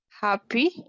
happy